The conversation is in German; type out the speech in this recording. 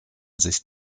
sich